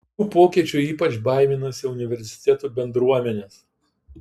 šių pokyčių ypač baiminasi universitetų bendruomenės